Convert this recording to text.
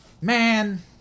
Man